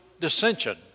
dissension